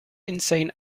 insane